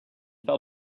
felt